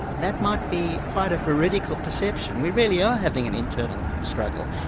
that might be quite a veridical perception we really are having an internal struggle,